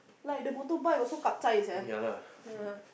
like the motorbike also sia uh